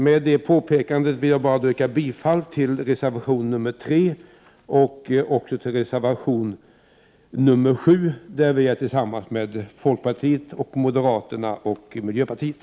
Med det påpekandet vill jag yrka bifall till reservation nr 3 och även till reservation nr 7, som vi står bakom tillsammans med folkpartiet, moderaterna och miljöpartiet.